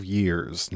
years